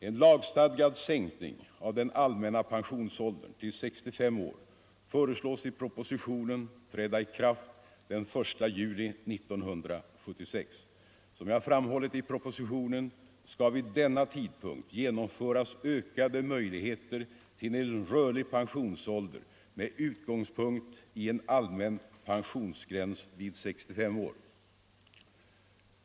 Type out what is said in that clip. En lagstadgad sänkning av den allmänna pensionsåldern till 65 år föreslås i propositionen träda i kraft den 1 juli 1976. Som jag framhållit i propositionen skall vid samma tidpunkt genomföras ökade möjligheter till en rörlig pensionsålder med utgångspunkt i en allmän pensionsgräns vid 65 år.